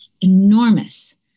enormous